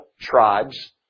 tribes